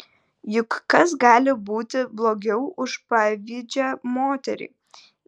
juk kas gali būti blogiau už pavydžią moterį